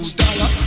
dollar